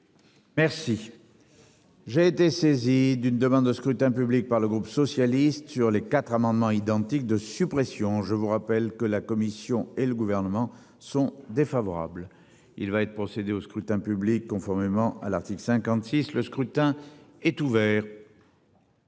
Merci. J'ai été saisi d'une demande de scrutin public par le groupe socialiste sur les quatre amendements identiques de suppression. Je vous rappelle que la commission et le gouvernement sont défavorables. Il va être procédé au scrutin public conformément à l'article 56, le scrutin est ouvert.